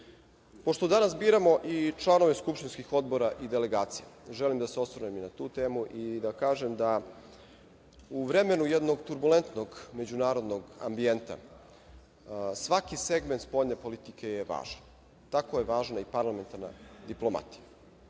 danas biramo i članove skupštinskih odbora i delegacije, želim da se osvrnem i na tu temu i da kažem da u vremenu jednog turbulentnog međunarodnog ambijenta svaki segment spoljne politike je važan. Tako je važna i parlamentarna diplomatija